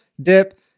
Dip